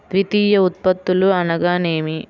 ద్వితీయ ఉత్పత్తులు అనగా నేమి?